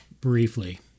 briefly